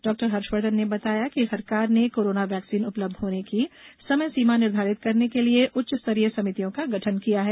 डॉ हर्षवर्धन ने बताया कि सरकार ने कोरोना वैक्सीन उपलब्ध होने की समयसीमा निर्धारित करने के लिए उच्च स्तरीय समितियों का गठन किया है